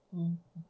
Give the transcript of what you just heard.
mm